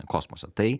kosmose tai